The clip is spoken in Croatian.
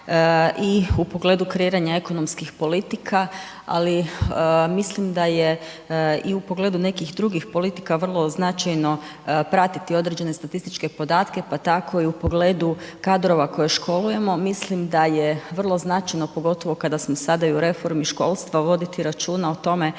i u pogledu kreiranja ekonomskih politika ali mislim da je i u pogledu nekih drugih politika vrlo značajno pratiti određene statističke podatke pa tako i u pogledu kadrova koje školujemo, mislim da je vrlo značajno pogotovo kada smo sada i u reformi školstva, voditi računa o tome